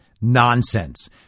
nonsense